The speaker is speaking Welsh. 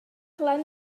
gwelais